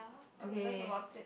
okay